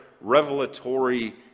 revelatory